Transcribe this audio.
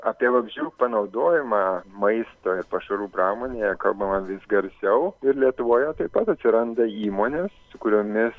apie vabzdžių panaudojimą maisto ir pašarų pramonėje kalbama vis garsiau ir lietuvoje taip pat atsiranda įmonės su kuriomis